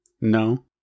No